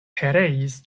pereis